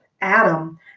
Adam